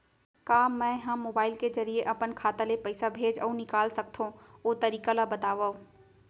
का मै ह मोबाइल के जरिए अपन खाता ले पइसा भेज अऊ निकाल सकथों, ओ तरीका ला बतावव?